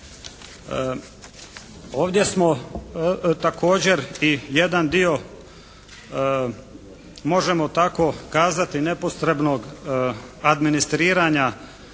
Ovdje smo također i jedan dio možemo tako kazati nepotrebno administriranja,